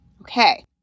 Okay